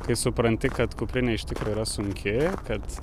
kai supranti kad kuprinė iš tikro yra sunki kad